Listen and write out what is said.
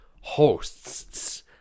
hosts